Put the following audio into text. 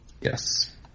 Yes